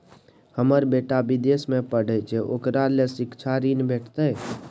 हमर बेटा विदेश में पढै छै ओकरा ले शिक्षा ऋण भेटतै?